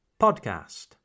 podcast